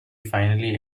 finally